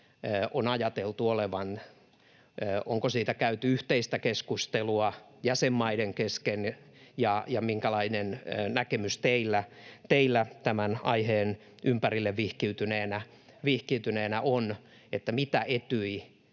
on ajateltu olevan? Onko siitä käyty yhteistä keskustelua jäsenmaiden kesken? Minkälainen näkemys teillä tämän aiheen ympärille vihkiytyneenä on siitä, mitä Etyj